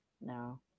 No